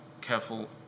careful